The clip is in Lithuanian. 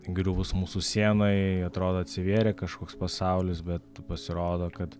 griuvus mūsų sienai atrodo atsivėrė kažkoks pasaulis bet pasirodo kad